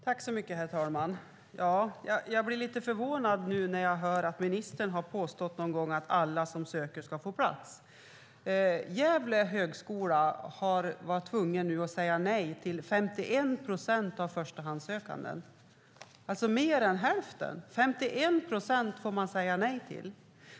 Herr talman! Jag blir lite förvånad när jag nu hör att ministern någon gång har påstått att alla som söker ska få plats. På Högskolan i Gävle har man varit tvungen att säga nej till 51 procent av förstahandssökandena, alltså till mer än hälften.